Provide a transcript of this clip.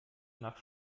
nach